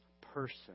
person